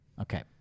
Okay